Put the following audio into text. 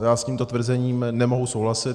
Já s tímto tvrzením nemohu souhlasit.